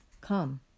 come